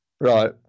right